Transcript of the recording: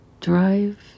drive